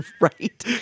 Right